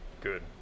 good